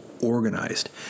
organized